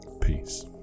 Peace